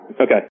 Okay